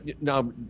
now